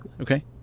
Okay